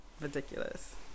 ridiculous